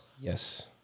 Yes